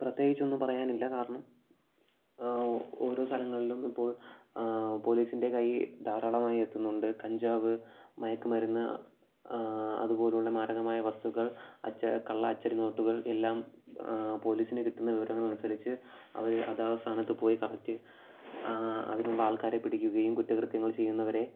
പ്രത്യേകിച്ചൊന്നും പറയാനില്ല കാരണം ഓരോ സ്ഥലങ്ങളിലും ഇപ്പോൾ പോലീസിൻ്റെ കൈ ധാരാളമായി എത്തുന്നുണ്ട് കഞ്ചാവ് മയക്കുമരുന്ന് അതുപോലുള്ള മാരകമായ വസ്തുക്കൾ കള്ള അച്ചടി നോട്ടുകൾ എല്ലാം പോലീസിന് കിട്ടുന്ന വിവരങ്ങളനുസരിച്ച് അവരെ അതാത് സ്ഥാനത്ത് പോയി കറക്റ്റ് അതിലുള്ള ആൾക്കാരെ പിടിക്കുകയും കുറ്റകൃത്യങ്ങൾ ചെയ്യുന്നവരെ